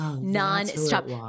non-stop